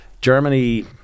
Germany